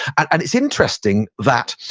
and it's interesting that,